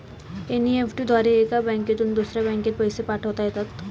NEFT द्वारे एका बँकेतून दुसऱ्या बँकेत पैसे पाठवता येतात